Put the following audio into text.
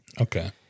okay